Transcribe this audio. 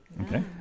okay